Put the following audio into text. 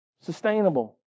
sustainable